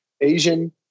Asian